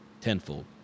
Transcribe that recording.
tenfold